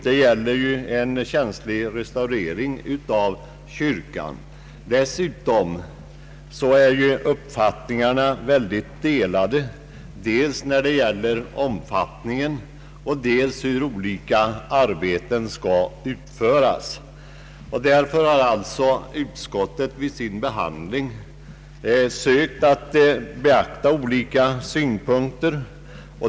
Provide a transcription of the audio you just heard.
Det gäller ju en känslig restaurering av domkyrkan. Dessutom går uppfattningarna i hög grad isär när det gäller både omfattningen och hur olika arbeten skall utföras, Därför har utskottet vid sin behandling sökt beakta olika synpunkter.